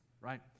right